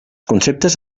conceptes